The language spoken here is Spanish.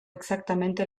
exactamente